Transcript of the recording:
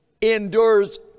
endures